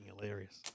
hilarious